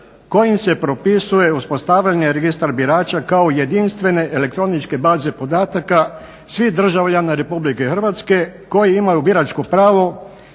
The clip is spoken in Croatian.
kojim se propisuje uspostavljanje registra birača kao jedinstvene elektroničke baze podataka svih državljana RH koji imaju biračko pravo